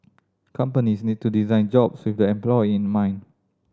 companies need to design jobs with the employee in mind